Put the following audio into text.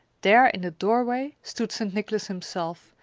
there in the doorway stood st. nicholas himself,